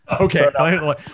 Okay